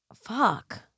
Fuck